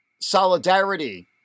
Solidarity